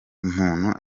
umuntu